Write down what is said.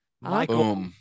Michael